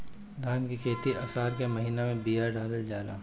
धान की खेती आसार के महीना में बिया डालल जाला?